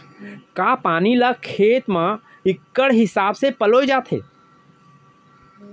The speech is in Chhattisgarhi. का पानी ला खेत म इक्कड़ हिसाब से पलोय जाथे?